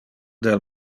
del